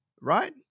right